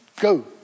go